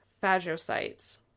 phagocytes